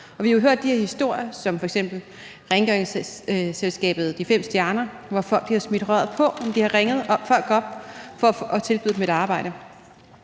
de her historier om f.eks. rengøringsselskabet De 5 Stjerner, hvor folk har smidt røret på, når de har ringet folk op for at tilbyde dem et arbejde.